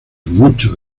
mucho